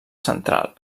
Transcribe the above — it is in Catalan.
central